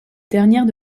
dernière